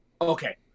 okay